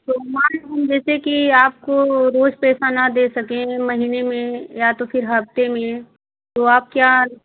तो मान लीजिए जैसे कि आपको रोज पैसा ना दे सकें महीनें में या तो फिर हफ़्ते में तो आप क्या